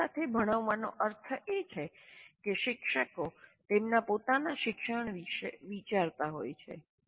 જ્ઞાન સાથે ભણાવવાનો અર્થ એ છે કે શિક્ષકો તેમના પોતાના શિક્ષણ વિશે વિચારતા હોય છે